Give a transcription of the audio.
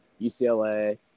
UCLA